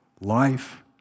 Life